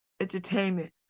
entertainment